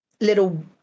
little